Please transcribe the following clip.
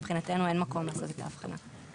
מבחינתנו אין מקום לעשות את ההבחנה.